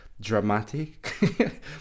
dramatic